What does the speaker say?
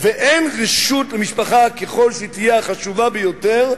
ואין רשות למשפחה, ככל שהיא תהיה החשובה ביותר,